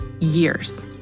years